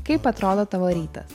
kaip atrodo tavo rytas